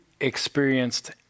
experienced